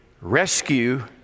rescue